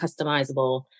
customizable